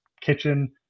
kitchen